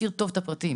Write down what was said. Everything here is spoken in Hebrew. שהכיר טוב את הפרטים,